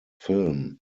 film